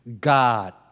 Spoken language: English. God